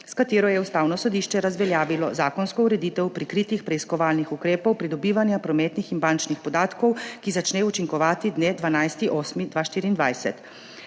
s katero je Ustavno sodišče razveljavilo zakonsko ureditev prikritih preiskovalnih ukrepov pridobivanja prometnih in bančnih podatkov, ki začnejo učinkovati dne 12. 8. 2024.